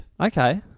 Okay